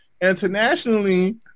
internationally